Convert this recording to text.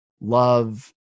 love